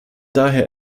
daher